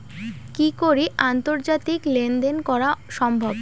কি করে আন্তর্জাতিক লেনদেন করা সম্ভব?